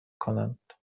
کنند